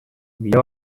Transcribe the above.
bide